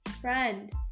friend